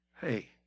Hey